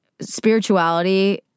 spirituality